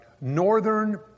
northern